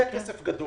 זה כסף גדול.